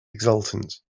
exultant